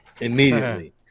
immediately